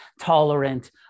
tolerant